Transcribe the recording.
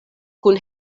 kun